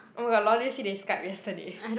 oh my god lol did you see they Skype yesterday